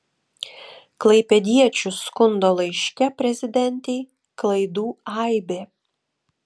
klaipėdiečių skundo laiške prezidentei klaidų aibė